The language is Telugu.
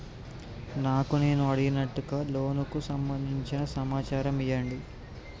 నాకు నేను అడిగినట్టుగా లోనుకు సంబందించిన సమాచారం ఇయ్యండి?